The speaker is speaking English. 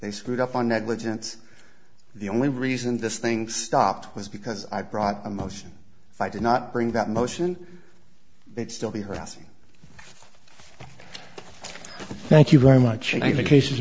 they screwed up on negligence the only reason this thing stopped was because i brought a motion if i did not bring that motion they'd still be harassing thank you very much indeed the case is